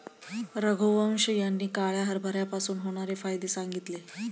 रघुवंश यांनी काळ्या हरभऱ्यापासून होणारे फायदे सांगितले